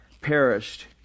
perished